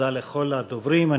תודה לכל הדוברים.